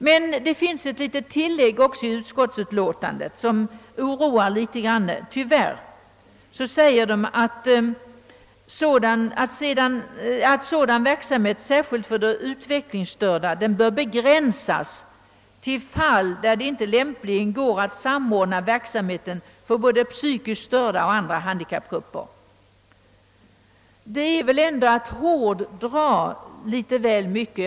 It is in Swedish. Men i utskottsutlåtandet finns ett tillägg som verkar litet grand oroande, nämligen att särskild skyddad verksamhet för utvecklingsstörda bör begränsas till fall där det inte lämpligen går att samordna verksamheten för psykiskt störda och för andra handikappgrupper. Det är väl ändå att hårdra det hela.